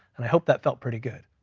and i hope that felt pretty good.